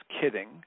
kidding